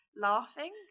laughing